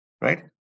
right